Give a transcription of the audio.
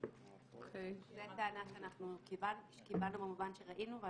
--- זו הטענה שקיבלנו במובן שראינו,